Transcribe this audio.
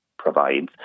provides